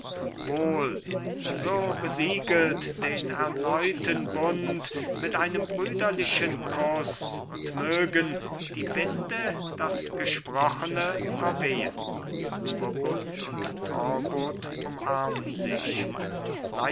wohl so besiegelt den erneuten bund mit einem brüderlichen kuß und mögen die winde das gesprochene verwehen burgund und talbot umarmen sich